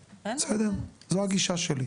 שלי.